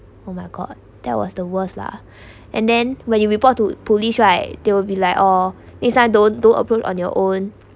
oh my god that was the worst lah and then when you report to police right they will be like oh this one don't do approve on your own